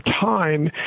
time